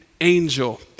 angel